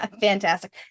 Fantastic